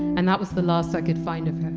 and that was the last i could find of her